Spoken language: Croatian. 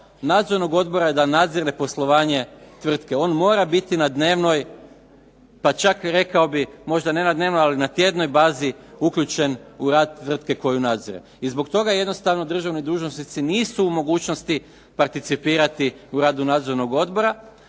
nadzornog odbora je da nadzire poslovanje tvrtke. On mora biti na dnevnoj, pa čak rekao bih možda ne na dnevnoj, ali na tjednoj bazi uključen u rad tvrtke koju nadzire. I zbog toga jednostavno državni dužnosnici nisu u mogućnosti participirati u radu nadzornog odbora,